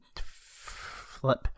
flip